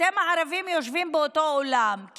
אתם הערבים יושבים באותו אולם.